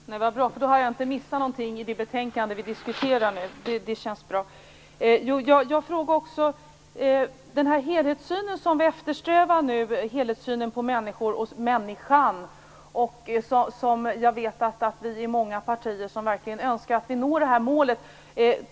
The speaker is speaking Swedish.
Herr talman! Det var bra att höra. Då har jag inte missat någonting i det betänkande som vi diskuterar nu. Det känns bra. Jag frågade också om den helhetssyn på människan som vi eftersträvar. Jag vet att vi är många partier som verkligen önskar att vi når målet.